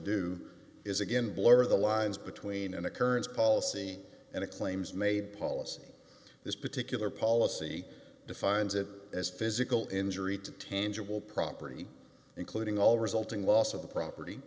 do is again blur the lines between an occurrence policy and a claims made policy this particular policy defines it as physical injury to tangible property including all resulting loss of the property